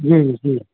જી જી જી